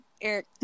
eric